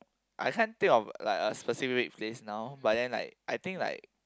I can't think of like a specific place now but then like I think like